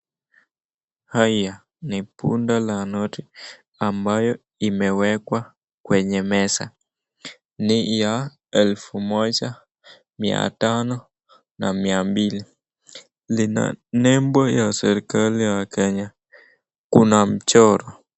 Haya ni bunda la noti ambayo imewekwa kwenye meza. Ni ya elfu moja, mia tano na mia mbili. Lina nembo ya serikali ya Kenya, kuna mchoro.